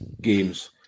games